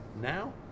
Now